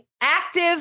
active